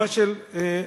התגובה של המכון,